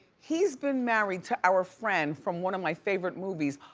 he's been married to our friend from one of my favorite movies,